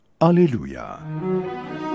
Alleluia